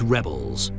Rebels